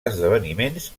esdeveniments